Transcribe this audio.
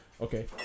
Okay